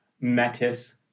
Metis